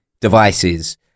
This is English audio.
devices